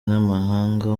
n’amahanga